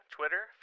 Twitter